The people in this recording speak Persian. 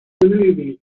نمیبینی